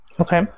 Okay